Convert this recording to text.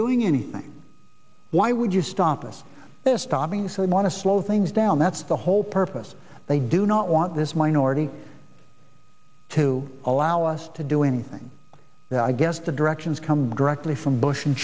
doing anything why would you stop us this stopping so we want to slow things down that's the whole purpose they do not want this minority to allow us to do anything i guess the directions come directly from bush and